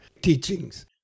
teachings